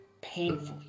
painfully